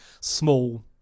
small